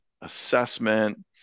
assessment